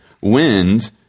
wind